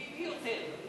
מי יותר?